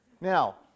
Now